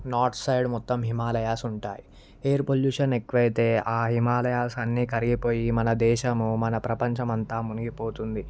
north side మొత్తం Himalayas ఉంటాయి air pollution ఎక్కువ అయితే ఆ హిమాలయాస్ అన్నీ కరిగిపోయి మన దేశము మన ప్రపంచము అంతా మునిగిపోతుంది